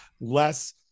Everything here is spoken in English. less